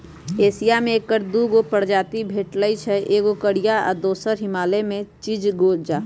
Asia में ऐकर दू गो प्रजाति भेटछइ एगो कोरियाई आ दोसर हिमालय में चिलगोजा